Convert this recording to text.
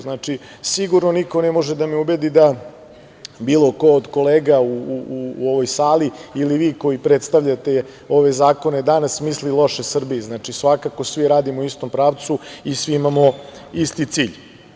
Znači, sigurno niko ne može da me ubedi da bilo ko od kolega u ovoj sali ili vi koji predstavljate ove zakone danas misli loše Srbiji, svakako svi radimo u istom pravcu i svi imamo isti cilj.